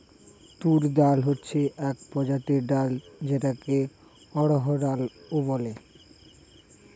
তুর ডাল হচ্ছে এক প্রজাতির ডাল যেটাকে অড়হর ডাল ও বলে